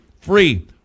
free